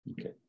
okay